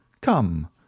Come